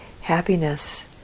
happiness